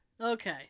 Okay